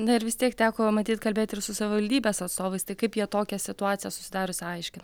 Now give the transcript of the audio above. na ir vis tiek teko matyt kalbėt ir su savivaldybės atstovais tai kaip jie tokią situaciją susidariusią aiškina